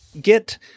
Get